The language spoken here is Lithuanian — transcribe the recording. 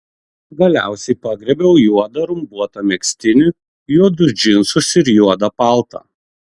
galiausiai pagriebiau juodą rumbuotą megztinį juodus džinsus ir juodą paltą